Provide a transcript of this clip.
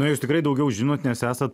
na jūs tikrai daugiau žinot nes esat